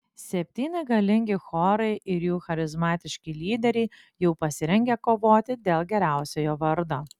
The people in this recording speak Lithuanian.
septyni galingi chorai ir jų charizmatiški lyderiai jau pasirengę kovoti dėl geriausiojo vardo